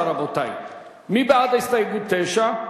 7. מי בעד הסתייגות 7?